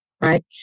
right